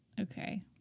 Okay